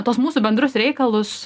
tuos mūsų bendrus reikalus